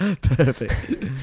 Perfect